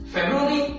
February